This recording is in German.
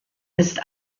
ist